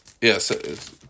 yes